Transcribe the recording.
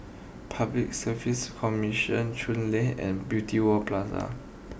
Public Service Commission Chuan Lane and Beauty World Plaza